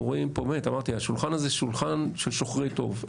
אמרתי, השולחן הזה זה שולחן של שוחרי טוב.